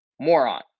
moron